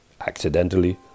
accidentally